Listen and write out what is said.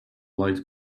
light